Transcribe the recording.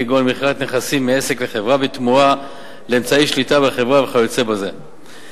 כגון מכירת נכסים מעסק לחברה בתמורה לאמצעי שליטה בחברה וכיוצא בזה.